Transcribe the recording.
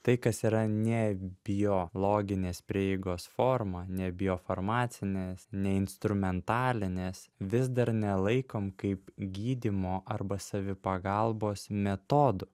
tai kas yra ne biologinės prieigos forma ne biofarmacinės ne instrumentalinės vis dar nelaikom kaip gydymo arba savipagalbos metodu